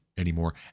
anymore